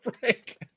break